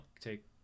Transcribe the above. take